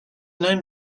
known